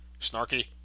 snarky